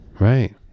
Right